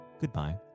goodbye